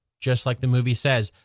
just like the movie says,